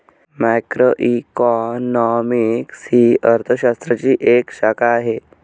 macroeconomics ही अर्थ शास्त्राची एक शाखा आहे